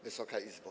Wysoka Izbo!